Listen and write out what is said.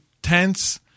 Tense